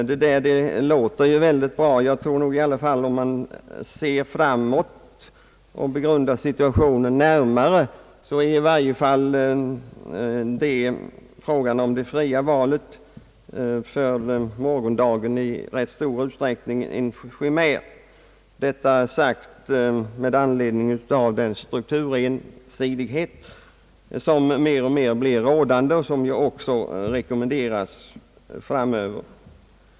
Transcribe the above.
Detta låter ju mycket bra. Jag tror emellertid att när man ser framåt och begrundar situationen närmare är i varje fall frågan om det fria valet för morgondagen i rätt stor utsträckning en chimär, detta sagt med anledning av den strukturensidighet som mer och mer blir rådande och som också rekommenderas framöver.